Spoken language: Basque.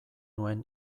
nuen